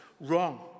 wrong